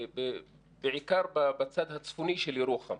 בעיקר בצד הצפוני של ירוחם.